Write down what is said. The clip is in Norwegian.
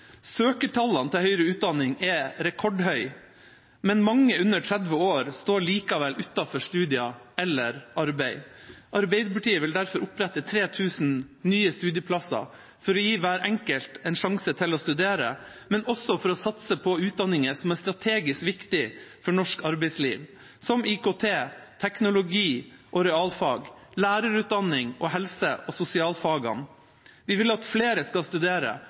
Søkertallene til høyere utdanning er rekordhøye, men mange under 30 år står likevel utenfor studier eller arbeid. Arbeiderpartiet vil derfor opprette 3 000 nye studieplasser for å gi hver enkelt en sjanse til å studere, men også for å satse på utdanninger som er strategisk viktige for norsk arbeidsliv, som IKT, teknologi, realfag, lærerutdanning og helse- og sosialfagene. Vi vil at flere skal studere,